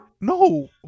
No